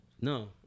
No